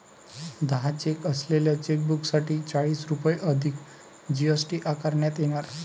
दहा चेक असलेल्या चेकबुकसाठी चाळीस रुपये अधिक जी.एस.टी आकारण्यात येणार